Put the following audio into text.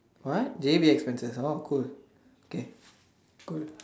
what they did this what cold K good